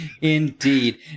Indeed